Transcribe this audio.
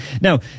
Now